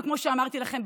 כמו שאמרתי לכם,